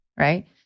right